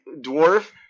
Dwarf